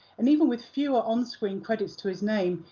and even with fewer on-screen credits to his name,